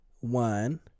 One